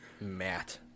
Matt